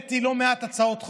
העליתי לא מעט הצעות חוק.